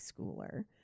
schooler